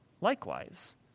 Likewise